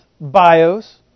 bios